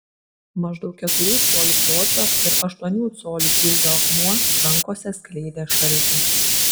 maždaug keturių colių pločio ir aštuonių colių ilgio akmuo rankose skleidė šaltį